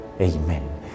Amen